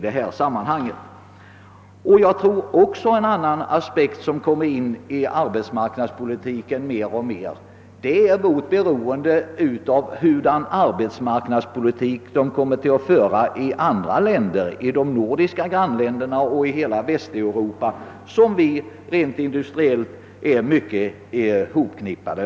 En annan aspekt som mer och mer kommer in i arbetsmarknadspolitiken är vårt beroende av den arbetsmarknadspolitik man kommer att föra i andra länder i Norden och i hela Västeuropa, som vi industriellt är anknutna till.